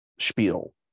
spiel